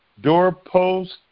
doorpost